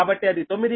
కాబట్టి అది 9